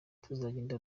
tuzagenda